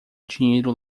dinheiro